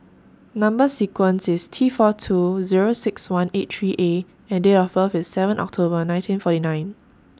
Number sequence IS T four two Zero six one eight three A and Date of birth IS seven October nineteen forty nine